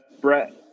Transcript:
Brett